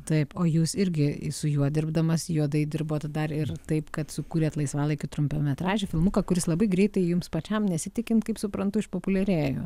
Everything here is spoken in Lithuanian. taip o jūs irgi su juo dirbdamas juodai dirbot dar ir taip kad sukūrėt laisvalaikiu trumpametražį filmuką kuris labai greitai jums pačiam nesitikint kaip suprantu išpopuliarėjo